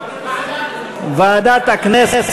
מה, זה ועדה?